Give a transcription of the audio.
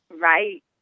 Right